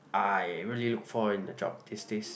I really look for in a job these days